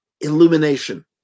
illumination